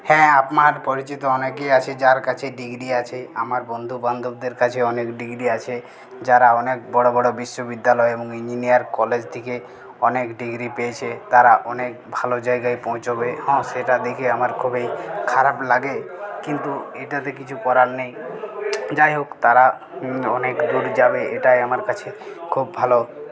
হ্যাঁ আমার পরিচিত অনেকেই আছে যার কাছে ডিগ্রি আছে আমার বন্ধুবান্ধবদের কাছে অনেক ডিগ্রি আছে যারা অনেক বড় বড় বিশ্ববিদ্যালয় এবং ইঞ্জিনিয়ারিং কলেজ থেকে অনেক ডিগ্রি পেয়েছে তাঁরা অনেক ভালো জায়গায় পোঁছবে এবং সেটা দেখে আমার খুবই খারাপ লাগে কিন্তু এটাতে কিছু করার নেই যাই হোক তাঁরা অনেক দূর যাবে এটাই আমার কাছে খুব ভালো